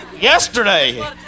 Yesterday